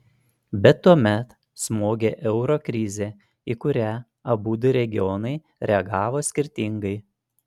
bet tuomet smogė euro krizė į kurią abudu regionai reagavo skirtingai